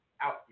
out